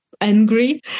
angry